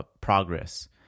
progress